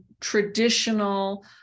traditional